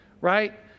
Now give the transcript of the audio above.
Right